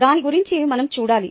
దాని గురించి మనం చూడాలి